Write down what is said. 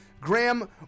Graham